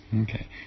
Okay